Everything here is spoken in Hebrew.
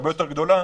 הרבה יותר גדולה,